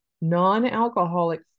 Non-alcoholic